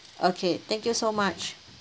okay thank you so much